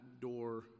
door